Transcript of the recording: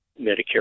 Medicare